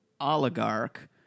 oligarch